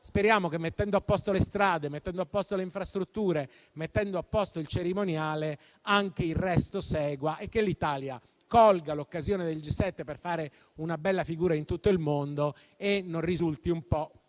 Speriamo che, mettendo a posto le strade, le infrastrutture e il cerimoniale, anche il resto segua e l'Italia colga l'occasione del G7 per fare una bella figura in tutto il mondo e non risulti un po'